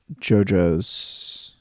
jojo's